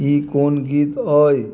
ई कोन गीत अइ